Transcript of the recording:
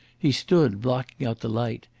he stood blocking out the light,